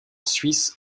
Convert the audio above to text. suisse